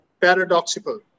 paradoxical